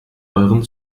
euren